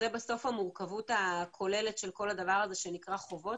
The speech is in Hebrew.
זה בסוף המורכבות הכוללת של כל הדבר הזה שנקרא חובות,